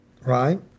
right